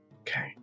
Okay